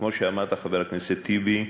כמו שאמרת, חבר הכנסת טיבי,